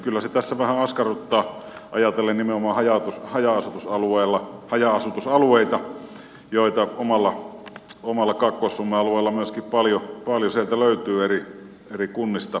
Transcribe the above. kyllä se tässä vähän askarruttaa ajatellen nimenomaan haja asutusalueita joita myöskin omalla alueella kaakkois suomen alueella paljon löytyy eri kunnista